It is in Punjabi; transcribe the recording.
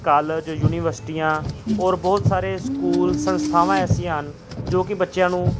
ਕਾਲਜ ਯੂਨੀਵਸਟੀਆਂ ਔਰ ਬਹੁਤ ਸਾਰੇ ਸਕੂਲ ਸੰਸਥਾਵਾਂ ਐਸੀਆਂ ਹਨ ਜੋ ਕਿ ਬੱਚਿਆਂ ਨੂੰ